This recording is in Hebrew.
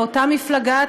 מאותה מפלגה,